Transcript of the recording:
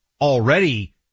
already